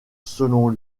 selon